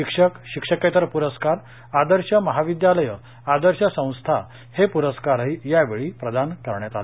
शिक्षक शिक्षकेतर प्रस्कार आदर्श महाविद्यालयं आदर्श संस्था हे प्रस्कारही यावेळी प्रदान करण्यात आले